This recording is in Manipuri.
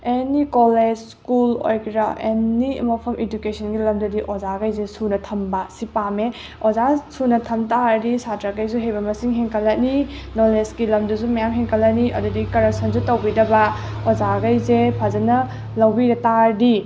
ꯑꯦꯅꯤ ꯀꯣꯂꯦꯖ ꯁ꯭ꯀꯨꯜ ꯑꯣꯏꯒꯦꯔꯥ ꯑꯦꯅꯤ ꯃꯐꯝ ꯏꯗꯨꯀꯦꯁꯟꯒꯤ ꯂꯝꯗꯗꯤ ꯑꯣꯖꯥꯈꯩꯖꯦ ꯁꯨꯅ ꯊꯝꯕ ꯁꯤ ꯄꯥꯝꯃꯦ ꯑꯣꯖꯥ ꯁꯨꯅ ꯊꯝꯕ ꯇꯥꯔꯗꯤ ꯁꯥꯇ꯭ꯔꯥꯈꯩꯁꯨ ꯍꯩꯕ ꯃꯁꯤꯡ ꯍꯦꯟꯒꯠꯂꯅꯤ ꯅꯣꯂꯦꯖꯀꯤ ꯂꯝꯗꯁꯨ ꯃꯌꯥꯝ ꯍꯦꯟꯒꯠꯂꯅꯤ ꯑꯗꯨꯗꯒꯤ ꯀꯔꯞꯁꯟꯁꯨ ꯇꯧꯕꯤꯗꯕ ꯑꯣꯖꯥꯈꯩꯁꯦ ꯐꯖꯅ ꯂꯧꯕꯤꯕ ꯇꯥꯔꯗꯤ